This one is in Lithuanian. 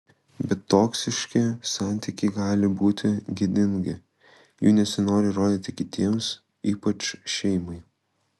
bet toksiški santykiai gali būti gėdingi jų nesinori rodyti kitiems ypač šeimai